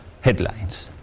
headlines